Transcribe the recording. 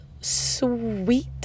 sweet